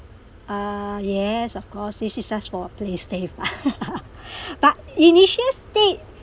ah yes of course this is just for play safe but initial state